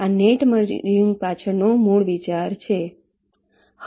આ net merging પાછળનો મૂળ વિચાર છે